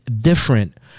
different